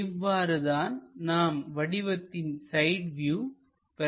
இவ்வாறு தான் நாம் வடிவத்தின் சைட் வியூ பெற வேண்டும்